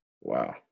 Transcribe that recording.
Wow